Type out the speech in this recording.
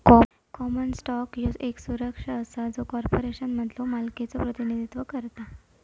common stock ह्यो येक सुरक्षा असा जो कॉर्पोरेशनमधलो मालकीचो प्रतिनिधित्व करता